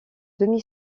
demi